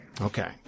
Okay